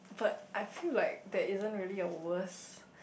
but I feel like there isn't really a worst